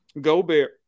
Gobert